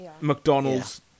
mcdonald's